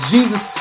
Jesus